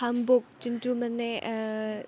হামবুক যোনটো মানে